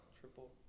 Triple